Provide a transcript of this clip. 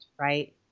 right